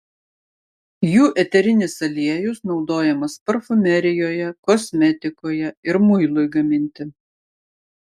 jų eterinis aliejus naudojamas parfumerijoje kosmetikoje ir muilui gaminti